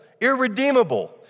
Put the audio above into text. irredeemable